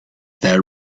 their